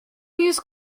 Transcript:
use